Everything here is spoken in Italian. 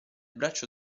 braccio